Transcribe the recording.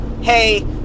hey